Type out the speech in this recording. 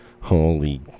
Holy